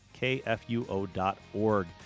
kfuo.org